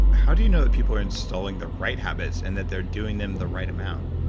how do you know that people are installing the right habits and that they're doing them the right amount?